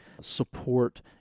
support